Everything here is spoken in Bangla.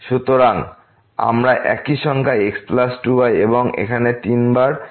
সুতরাং আমাদের একই সংখ্যা x প্লাস 2 y এবং এখানে 3 বার x প্লাস 2 y